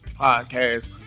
podcast